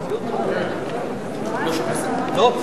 חוק האזרחים הוותיקים (תיקון מס'